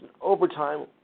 overtime